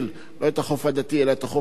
לא את החוף הדתי אלא את החוף הנפרד?